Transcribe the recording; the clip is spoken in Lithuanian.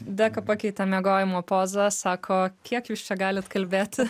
deka pakeitė miegojimo pozą sako kiek jūs čia galit kalbėti